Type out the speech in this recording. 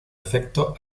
efecto